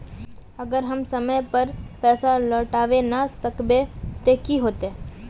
अगर हम समय पर पैसा लौटावे ना सकबे ते की होते?